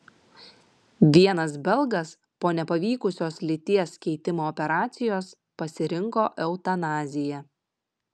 vienas belgas po nepavykusios lyties keitimo operacijos pasirinko eutanaziją